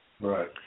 Right